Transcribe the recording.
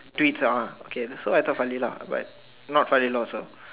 tweets ah okay so I told Falila but not Falila also